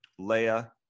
Leia